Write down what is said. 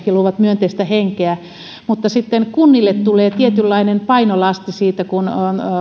ja luovat myönteistä henkeä mutta sitten kunnille tulee tietynlainen painolasti siitä kun